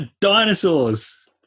dinosaurs